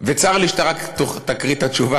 וצר לי שאתה רק תקריא את התשובה,